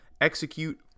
execute